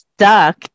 stuck